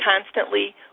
constantly